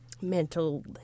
mental